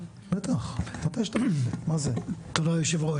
תודה יושב הראש.